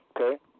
okay